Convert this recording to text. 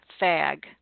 fag